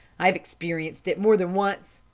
i've experienced it more than once.